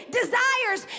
desires